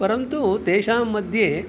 परन्तु तेषां मध्ये